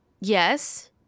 yes